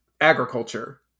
agriculture